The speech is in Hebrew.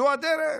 זו הדרך?